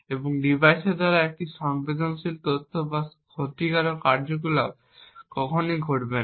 এবং ডিভাইসের দ্বারা একটি সংবেদনশীল তথ্য বা ক্ষতিকারক কার্যকলাপ কখনই ঘটবে না